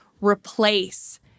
replace